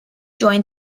joined